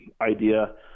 idea